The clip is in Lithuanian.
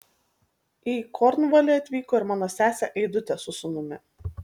į kornvalį atvyko ir mano sesė aidutė su sūnumi